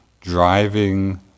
driving